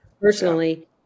personally